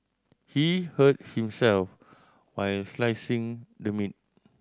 he hurt himself while slicing the meat